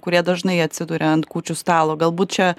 kurie dažnai atsiduria ant kūčių stalo galbūt čia